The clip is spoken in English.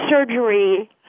surgery